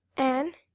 anne,